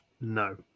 No